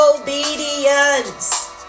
obedience